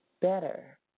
better